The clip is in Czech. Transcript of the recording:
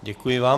Děkuji vám.